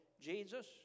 Jesus